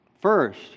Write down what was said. First